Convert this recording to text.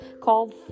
called